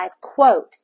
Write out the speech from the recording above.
quote